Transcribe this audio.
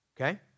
Okay